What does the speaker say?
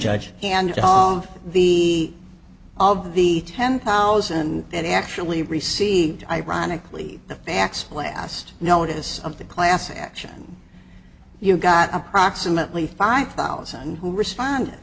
judges and all of the of the ten thousand that actually received ironically the facts last notice of the class action you got approximately five thousand who responded